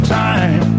time